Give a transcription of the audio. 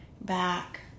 back